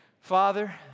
Father